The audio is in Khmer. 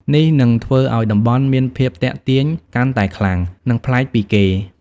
នេះនឹងធ្វើឲ្យតំបន់មានភាពទាក់ទាញកាន់តែខ្លាំង និងប្លែកពីគេ។